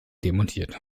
demontiert